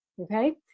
Okay